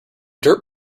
dirt